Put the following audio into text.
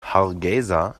hargeysa